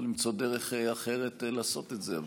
או למצוא דרך אחרת לעשות את זה,